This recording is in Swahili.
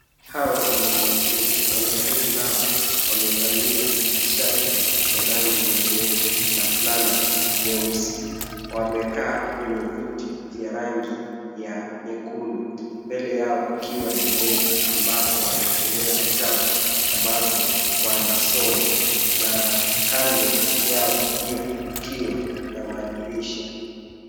Hawa ni wanafunzi. Wanafunzi hawa wamevalia shati ya rangi ya nyeupe na fulana nyeusi. Wamekaa kwenye viti vya rangi ya nyekundu mbele yao kukiwa na meza ambapo wameekelea vitabu ambavyo wanasoma na kando yao pia kukiwa na madirisha.